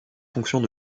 fonctions